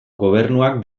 gobernuak